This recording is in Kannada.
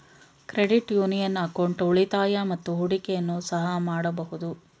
ಕ್ರೆಡಿಟ್ ಯೂನಿಯನ್ ಅಕೌಂಟ್ ಉಳಿತಾಯ ಮತ್ತು ಹೂಡಿಕೆಯನ್ನು ಸಹ ಮಾಡಬಹುದು